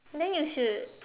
then you should